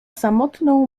samotną